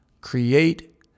create